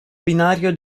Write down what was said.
binario